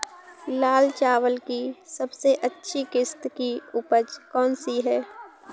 लाल चावल की सबसे अच्छी किश्त की उपज कौन सी है?